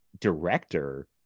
director